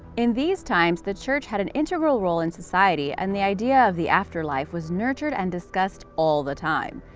in these times, the church had an integral role in society, and the idea of the afterlife was nurtured and discussed all the time.